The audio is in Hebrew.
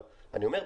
אבל אני אומר,